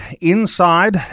Inside